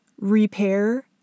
repair